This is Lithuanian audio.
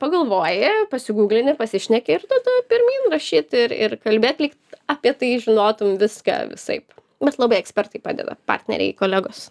pagalvoji pasiguglini pasišneki ir tada pirmyn rašyt ir ir kalbėt lyg apie tai žinotum viską visaip bet labai ekspertai padeda partneriai kolegos